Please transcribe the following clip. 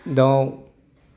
दाउ